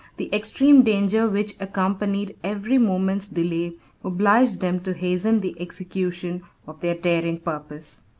the extreme danger which accompanied every moment's delay obliged them to hasten the execution of their daring purpose.